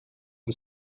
the